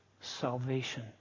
salvation